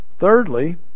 Thirdly